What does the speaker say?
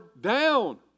down